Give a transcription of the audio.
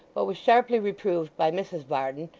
but was sharply reproved by mrs varden,